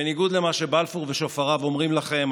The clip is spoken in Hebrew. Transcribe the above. בניגוד למה שבלפור ושופריו אומרים לכם,